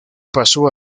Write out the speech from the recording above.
pasó